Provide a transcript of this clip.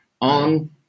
on